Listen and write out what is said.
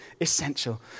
essential